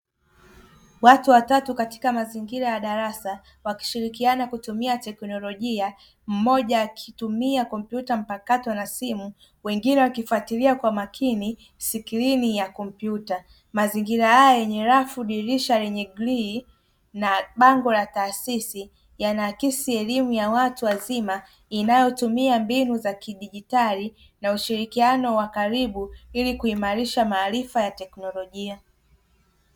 Watu watatu katika mazingira ya darasa, wakishirikiana kutumia teknologia, mmoja akitumia kompyuta mpakato na simu, wengine wakifuatilia kwa makini sikirini ya kumpyuta. Mazingira hayo yenye rafu dirisha dirisha lenye grili na bango la taasisi, yanaakisi elimu ya watu wazima inayotumia mbinu za kidigitali na ushirikiano wa karibu, ili kuimarisha maarifa ya teknologia.